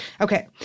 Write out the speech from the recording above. Okay